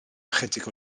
ychydig